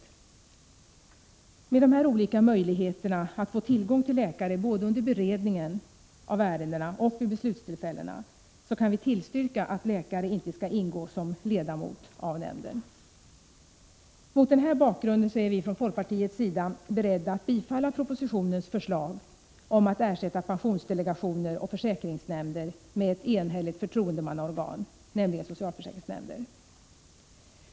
Med hänsyn till de här olika möjligheterna att få tillgång till läkare både under beredningen av ärendena och vid beslutstillfällena kan vi tillstyrka att läkare inte skall ingå som ledamot av nämnden. Mot denna bakgrund är vi från folkpartiets sida beredda att tillstyrka propositionens förslag om att ersätta pensionsdelegationer och försäkringsnämnder med ett förtroendemannaorgan, nämligen socialförsäkringsnämnder.